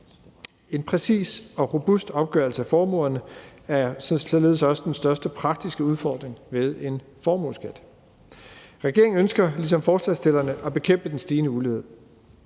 En præcis og robust opgørelse af formuerne er således også den største praktiske udfordring ved en formueskat. Regeringen ønsker, ligesom forslagsstillerne, at bekæmpe den stigende ulighed.